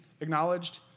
acknowledged